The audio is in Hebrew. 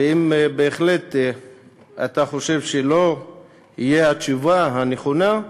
ואם, בהחלט, אתה חושב שלא תהיה התשובה הנכונה,